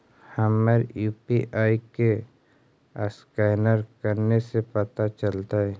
हमर यु.पी.आई के असकैनर कने से पता चलतै?